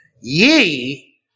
Ye